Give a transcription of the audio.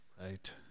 right